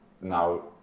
now